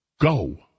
Go